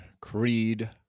Creed